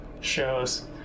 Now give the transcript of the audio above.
shows